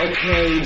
Okay